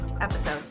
episode